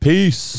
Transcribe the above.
Peace